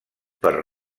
per